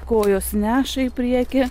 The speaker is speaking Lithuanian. kojos neša į priekį